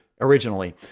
originally